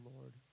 Lord